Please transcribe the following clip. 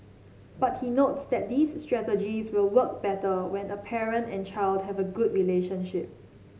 but he notes that these strategies will work better when a parent and child have a good relationship